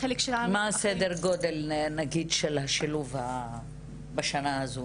מה סדר הגודל של השילוב בשנה הזו?